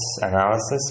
analysis